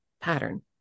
pattern